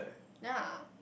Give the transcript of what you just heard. then uh